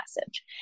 message